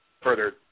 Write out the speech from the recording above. further